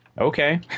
okay